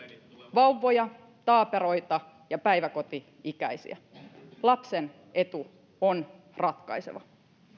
vauvoja taaperoita ja päiväkoti ikäisiä lapsen etu on ratkaiseva